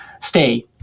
stay